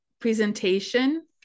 presentation